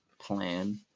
plan